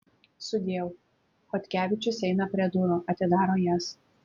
sudieu chodkevičius eina prie durų atidaro jas